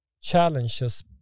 challenges